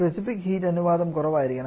specific heat അനുപാതം കുറവായിരിക്കണം